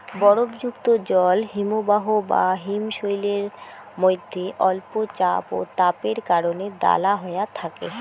বরফযুক্ত জল হিমবাহ বা হিমশৈলের মইধ্যে অল্প চাপ ও তাপের কারণে দালা হয়া থাকে